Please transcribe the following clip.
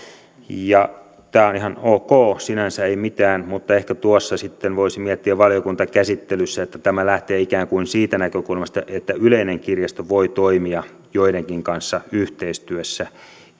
tämä on ihan ok sinänsä ei mitään mutta ehkä tuossa sitten voisi miettiä valiokuntakäsittelyssä että tämä lähtee ikään kuin siitä näkökulmasta että yleinen kirjasto voi toimia joidenkin kanssa yhteistyössä